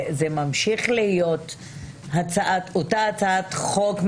זה ממשיך להיות אותה הצעת חוק?